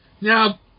Now